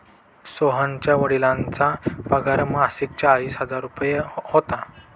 सोहनच्या वडिलांचा पगार मासिक चाळीस हजार रुपये होता